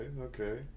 okay